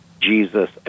Jesus